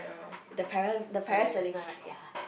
the para~ the parasailing one right ya